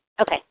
Okay